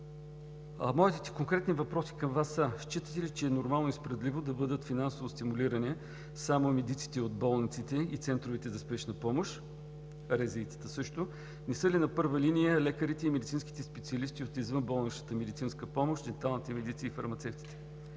Моите конкретни въпроси към Вас са: Считате ли за нормално и справедливо да бъдат финансово стимулирани само медиците от болниците и Центровете за спешна помощ – РЗИ-та също? Не са ли на първа линия лекарите и медицинските специалисти от извънболничната медицинска помощ, денталните медици и фармацевтите?